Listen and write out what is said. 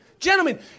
Gentlemen